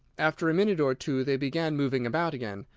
after a minute or two they began moving about again,